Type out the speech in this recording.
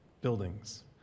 buildings